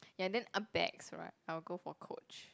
ya then uh bags right I'll go for Coach